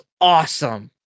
awesome